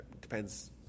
depends